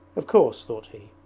of course thought he,